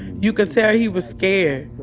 you could tell he was scared.